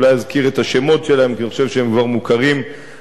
אולי אזכיר את השמות שלהם כי אני חושב שהם כבר מוכרים לכולנו,